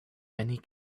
many